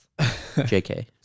jk